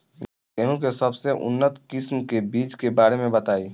गेहूँ के सबसे उन्नत किस्म के बिज के बारे में बताई?